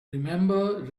remember